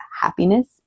happiness